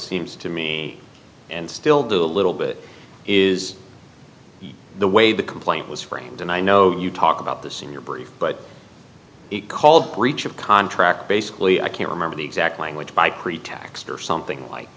seems to me and still do a little bit is the way the complaint was framed and i know you talk about this in your brief but it called breach of contract basically i can't remember the exact language by pretext or something like